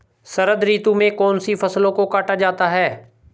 शरद ऋतु में कौन सी फसलों को काटा जाता है?